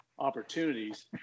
Opportunities